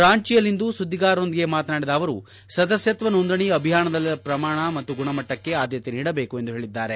ರಾಂಚಿಯಲ್ಲಿಂದು ಸುದ್ದಿಗಾರರೊಂದಿಗೆ ಮಾತನಾಡಿದ ಅವರು ಸದಸ್ಥತ್ತ ನೋಂದಣೆ ಅಭಿಯಾನದಲ್ಲಿ ಪ್ರಮಾಣ ಮತ್ತು ಗುಣಮಟ್ಟಕ್ಕೆ ಆದ್ದತೆ ನೀಡಬೇಕು ಎಂದು ಹೇಳಿದ್ದಾರೆ